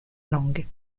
langue